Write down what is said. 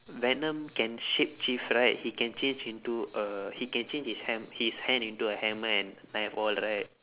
venom can shapeshift right he can change into a he can change his ham~ his hand into a hammer and knife all right